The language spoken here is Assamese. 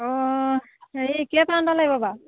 অঁ হেৰি কেইটা মানলৈ লাগিব বাৰু